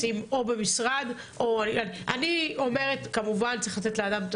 לשים או במשרד או אני אומרת שכמובן צריך לתת לאדם את